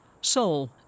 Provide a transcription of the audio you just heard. Seoul